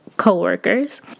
Co-workers